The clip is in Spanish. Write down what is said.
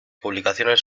publicaciones